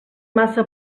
massa